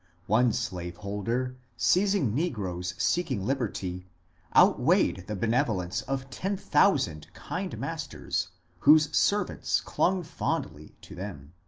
one slaveholder seizing negroes seeking liberty outweighed the benevolence of ten thousand kind masters whose servants clung fondly to them.